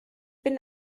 bin